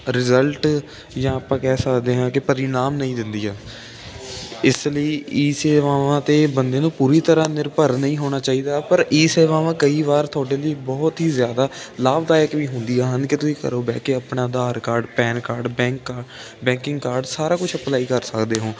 result ਜਾਂ ਆਪਾਂ ਕਹਿ ਸਕਦੇ ਹਾਂ ਕਿ ਪਰਿਣਾਮ ਨਹੀਂ ਦਿੰਦੀਆਂ ਇਸ ਲਈ ਈ ਸੇਵਾਵਾਂ 'ਤੇ ਬੰਦੇ ਨੂੰ ਪੂਰਾ ਨਿਰਭਰ ਨਈਂ ਹੋਣਾ ਚਾਹੀਦਾ ਪਰ ਈ ਸੇਵਾਵਾਂ ਕਈ ਵਾਰ ਤੁਹਾਡੇ ਲਈ ਬਹੁਤ ਹੀ ਜ਼ਿਆਦਾ ਲਾਭਦਾਇਕ ਵੀ ਹੁੰਦੀਆਂ ਹਨ ਕੇ ਤੁਸੀਂ ਘਰੋਂ ਬਹਿ ਕੇ ਆਪਣਾ Aadhaar card PAN card bank banking card ਸਾਰਾ ਕੁਛ ਅਪਲਾਈ ਕਰ ਸਕਦੇ ਹੋਂ